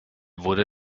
wurde